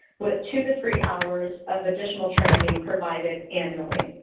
with two to three hours of additional training provided annually.